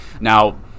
now